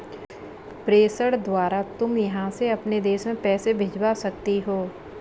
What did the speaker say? प्रेषण द्वारा तुम यहाँ से अपने देश में पैसे भिजवा सकती हो